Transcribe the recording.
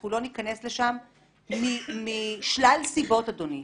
אנחנו לא ניכנס לשם משלל סיבות, אדוני.